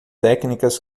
técnicas